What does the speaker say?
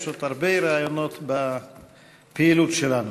יש עוד הרבה רעיונות בפעילות שלנו.